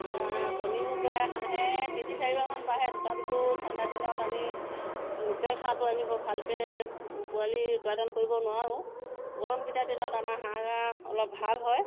কণীও প্ৰায় হাঁহে তিনি চাৰিবাৰমান পাৰে তথাপিতো ঠাণ্ডাদিনত আমি লোকেল হাঁহটো আমি বৰ ভালকৈ পোৱালি উৎপাদন কৰিব নোৱাৰোঁ গৰমকেইটা দিনত আমাৰ হাঁহ অলপ ভাল হয়